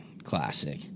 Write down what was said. Classic